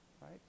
right